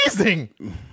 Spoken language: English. amazing